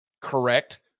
Correct